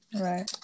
right